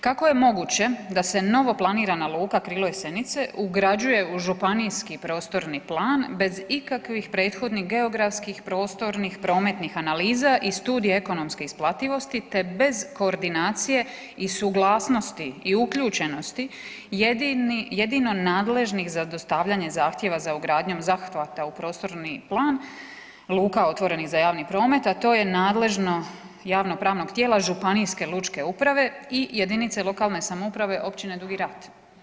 Kako je moguće da se novo planirana luka Krilo Jesenice ugrađuje u županijski prostorni plan bez ikakvih prethodnih geografskih, prostornih, prometnih analiza i studije ekonomske isplativosti te bez koordinacije i suglasnosti u uključenosti jedino nadležnih za dostavljanje zahtjeva za ugradnjom zahvata u prostorni plan luka otvorenih za javni promet, a to je nadležno javnopravnog tijela županijske lučke uprave i jedinice lokalne samouprave općine Dugi Rat?